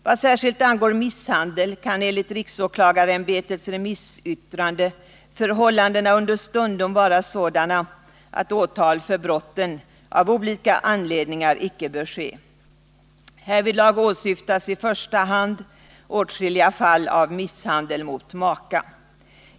Vad särskilt angår misshandel, kan enligt riksåklagarämbetets remissyttrande förhållandena understundom vara sådana, att åtal för brotten av olika anledningar icke bör ske. Härvidlag åsyftas i första hand åtskilliga fall av misshandel mot maka.